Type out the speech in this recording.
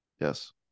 Yes